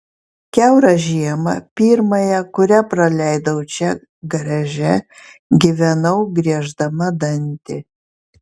kiaurą žiemą pirmąją kurią praleidau čia garaže gyvenau grieždama dantį